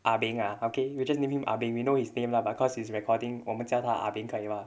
ah beng ah okay you just name him ah beng we know his name lah but cause it's recording 我们叫它 ah beng 可以吗